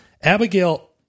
Abigail